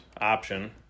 option